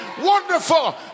wonderful